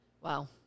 Wow